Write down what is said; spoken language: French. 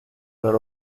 alors